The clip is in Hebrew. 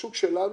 השוק שלנו,